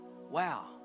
wow